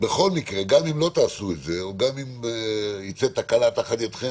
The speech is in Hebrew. בכל מקרה גם אם לא תעשו את זה או גם אם תצא תקלה תחת ידכם